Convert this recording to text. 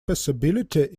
possibility